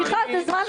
זה לא לעניין.